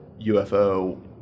UFO